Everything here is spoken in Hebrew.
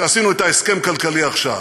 שעשינו אתה הסכם כלכלי עכשיו,